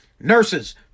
nurses